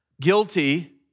guilty